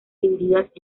divididas